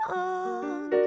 on